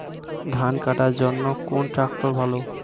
ধান কাটার জন্য কোন ট্রাক্টর ভালো?